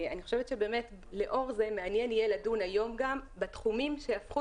אני חושבת שלאור זה מעניין יהיה לדון היום גם בתחומים שהפכו